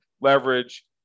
leverage